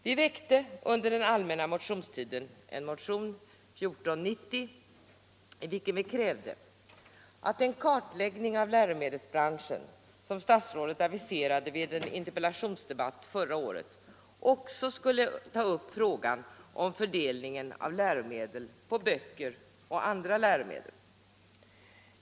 Vi väckte under den allmänna motionstiden en motion, 1975/76:1490, i vilken vi krävde att den kartläggning av läromedelsbranschen som statsrådet aviserade vid en interpellationsdebatt förra året också skulle innefatta frågan om fördelningen av läromedlen på böcker och andra läromedel.